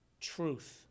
truth